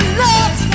love